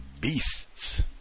beasts